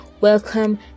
welcome